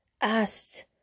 asked